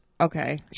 okay